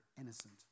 innocent